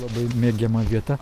labai mėgiama vieta